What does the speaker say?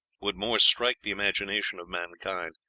would more strike the imagination of mankind,